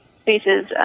spaces